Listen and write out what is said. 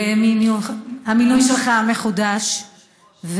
למינוי המחודש שלך,